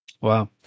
Wow